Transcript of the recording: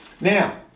now